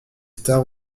stars